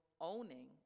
owning